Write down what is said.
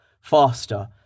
faster